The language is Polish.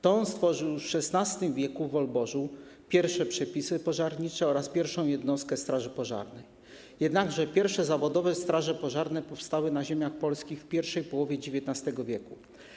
To on stworzył w XVI w. w Wolborzu pierwsze przepisy pożarnicze oraz pierwszą jednostkę straży pożarnej, jednakże pierwsze zawodowe straże pożarne powstały na ziemiach polskich w pierwszej połowie XIX w.